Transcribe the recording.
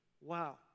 Wow